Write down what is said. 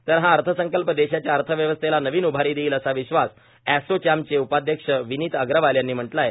तर हा अर्थसंकल्प देशाच्या अर्थव्यवस्थेला नवीन उभारी देईल असा विश्वास असोचेमचे उपाध्यक्ष विनीत अगरवाल यांनी म्हटलं आहे